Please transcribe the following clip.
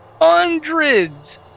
hundreds